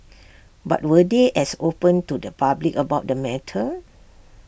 but were they as open to the public about the matter